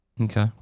Okay